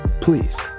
please